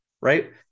right